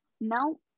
No